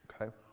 Okay